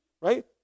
right